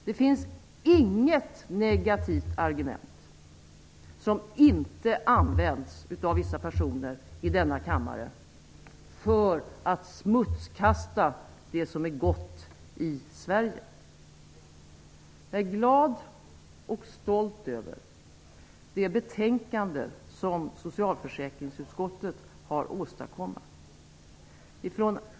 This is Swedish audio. Det finns inget negativt argument som inte används av vissa personer i denna kammare för att smutskasta det som är gott Sverige. Jag är glad och stolt över det betänkande som socialförsäkringsutskottet har lagt fram.